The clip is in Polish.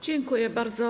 Dziękuję bardzo.